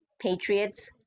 Patriots